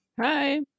Hi